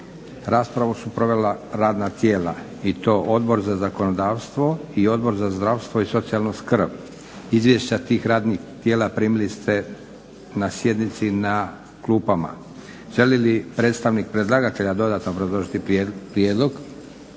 Raspravu su provela radna tijela i to Odbor za zakonodavstvo i Odbor za zdravstvo i socijalnu skrb. Izvješća tih radnih tijela primili ste na sjednici na klupama. Želi li predstavnik predlagatelja dodatno obrazložiti prijedlog?